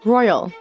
Royal